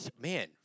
Man